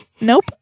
Nope